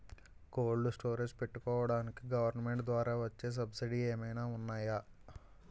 Cold storage పెట్టుకోడానికి government ద్వారా వచ్చే సబ్సిడీ ఏమైనా ఉన్నాయా?